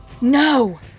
No